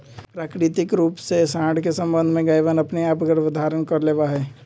प्राकृतिक रूप से साँड के सबंध से गायवनअपने आप गर्भधारण कर लेवा हई